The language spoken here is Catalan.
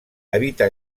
habita